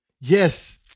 Yes